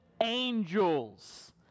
angels